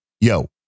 Yo